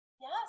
Yes